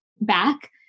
back